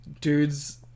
dudes